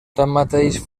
tanmateix